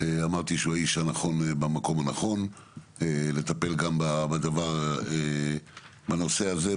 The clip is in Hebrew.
אמרתי שהוא האיש הנכון במקום הנכון לטפל גם בנושא הזה,